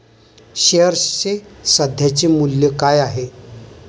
शेअर्सचे सध्याचे मूल्य काय आहे?